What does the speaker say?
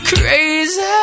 Crazy